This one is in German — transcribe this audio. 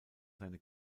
seine